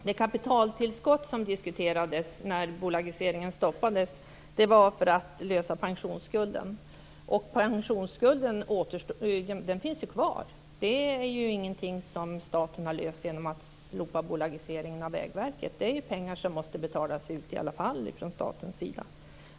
Fru talman! Det kapitaltillskott som diskuterades när bolagiseringen stoppades var för att lösa pensionsskulden. Pensionsskulden finns ju kvar. Detta är ingenting som staten har löst genom att slopa bolagiseringen av Vägverket. Det är ju pengar som måste betalas ut i alla fall från statens sida.